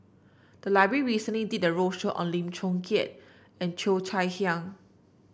the library recently did a roadshow on Lim Chong Keat and Cheo Chai Hiang